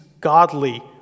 godly